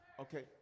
Okay